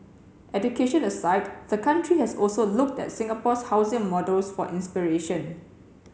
education aside the country has also looked at Singapore's housing models for inspiration